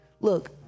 Look